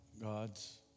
God's